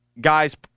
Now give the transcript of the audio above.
guys